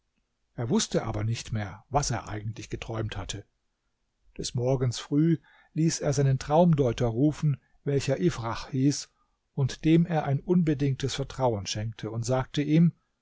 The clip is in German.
er wußte aber nicht mehr was er eigentlich geträumt hatte des morgens früh ließ er seinen traumdeuter rufen welcher ifrach hieß und dem er ein unbedingtes vertrauen schenkte und sagte ihm